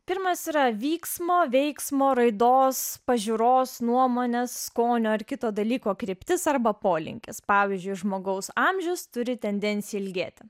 pirmas yra vyksmo veiksmo raidos pažiūros nuomonės skonio ar kito dalyko kryptis arba polinkis pavyzdžiui žmogaus amžius turi tendenciją ilgėti